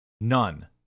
None